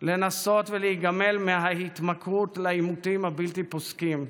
לנסות ולהיגמל מההתמכרות לעימותים הבלתי-פוסקים,